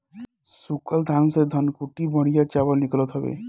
सूखल धान से धनकुट्टी बढ़िया चावल निकालत हवे